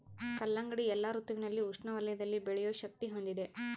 ಕಲ್ಲಂಗಡಿ ಎಲ್ಲಾ ಋತುವಿನಲ್ಲಿ ಉಷ್ಣ ವಲಯದಲ್ಲಿ ಬೆಳೆಯೋ ಶಕ್ತಿ ಹೊಂದಿದೆ